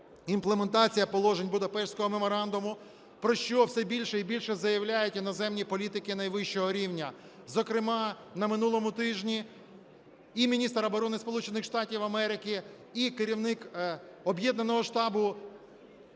імплементація положень Будапештського меморандуму, про що все більше і більше заявляють іноземні політики найвищого рівня. Зокрема, на минулому тижні і міністр оборони Сполучених Штатів Америки, і керівник об'єднаного штабу